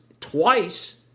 twice